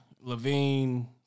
Levine